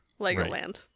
Legoland